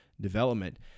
development